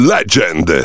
Legend